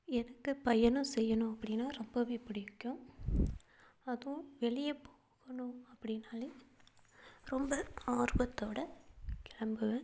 எனக்கு பயணம் செய்யணும் அப்படின்னா ரொம்ப பிடிக்கும் அதுவும் வெளியே போகணும் அப்படின்னாலே ரொம்ப ஆர்வத்தோடய கிளம்புவேன்